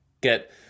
get